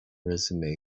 resume